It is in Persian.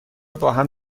باهم